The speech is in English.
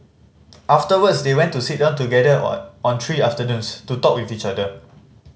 afterwards they want to sit down together on on three afternoons to talk with each other